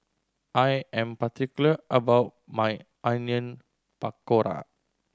I am particular about my Onion Pakora